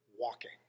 walking